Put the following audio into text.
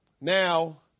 now